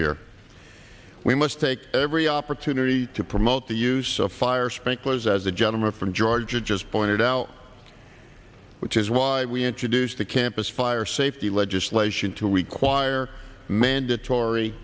here we must take every opportunity to promote the use of fire sprinklers as the gentleman from georgia just pointed out which is why we introduced the campus fire safety legislation to require mandatory